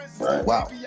Wow